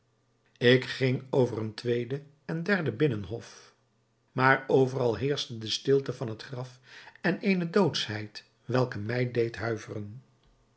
ik ging over een tweede en derde binnenhof maar overal heerschte de stilte van het graf en eene doodschheid welke mij deed huiveren